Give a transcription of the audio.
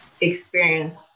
experience